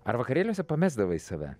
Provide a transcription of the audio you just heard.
ar vakarėliuose pamesdavai save